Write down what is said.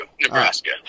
Nebraska